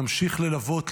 נמשיך ללוות,